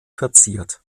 verziert